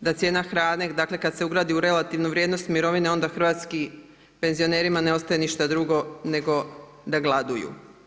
da cijena hrane kad se ugradi u relativnu vrijednost mirovine onda hrvatskim penzionerima ne ostaje ništa drugo nego da gladuju.